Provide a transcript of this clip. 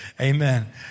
Amen